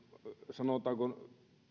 sanotaanko